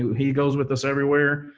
he goes with us everywhere.